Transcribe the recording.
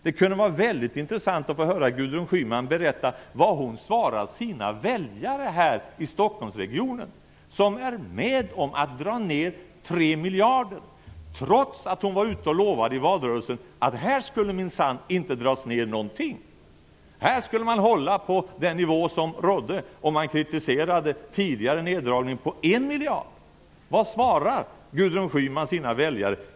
Det kunde vara väldigt intressant att få höra Gudrun Schyman berätta vad hon svarar sina väljare här i Stockholmsregionen som är med om att dra ned 3 miljarder kronor - trots att hon var ute och lovade i valrörelsen att här skulle det minsann inte dras ned någonting! Här skulle man hålla på den nivå som rådde, och man kritiserade en tidigare neddragning på en miljard. Vad svarar Gudrun Schyman sina väljare?